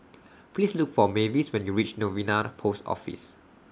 Please Look For Mavis when YOU REACH Novena Post Office